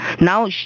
now